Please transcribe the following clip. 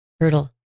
turtle